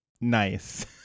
nice